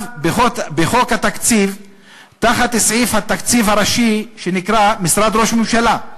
בחוק התקציב תחת סעיף תקציב ראשי שנקרא 'משרד ראש הממשלה'.